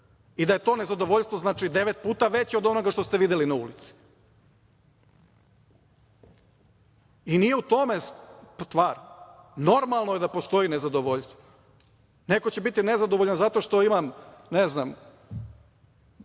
i da je to nezadovoljstvo, znači devet puta veće od onoga što ste videli na ulici. Nije u tome stvar, normalno je da postoji nezadovoljstvo. Neko će biti nezadovoljan zato što imam plavu